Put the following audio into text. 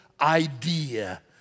idea